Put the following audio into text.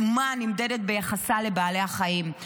אומה נמדדת ביחסה לבעלי החיים.